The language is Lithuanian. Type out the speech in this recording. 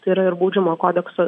tai yra ir baudžiamojo kodekso